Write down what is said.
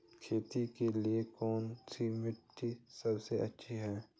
खेती के लिए कौन सी मिट्टी सबसे अच्छी है?